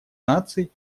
наций